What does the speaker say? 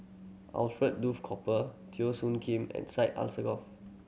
Alfred Duff Cooper Teo Soon Kim and Syed Alsagoff